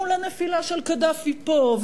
מול הנפילה של קדאפי פה,